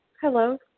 Hello